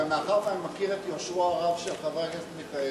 ומאחר שאני מכיר את יושרו הרב של חבר הכנסת מיכאלי,